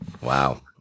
Wow